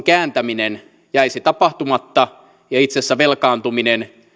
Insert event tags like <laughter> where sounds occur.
<unintelligible> kääntäminen jäisi tapahtumatta ja itse asiassa velkaantuminen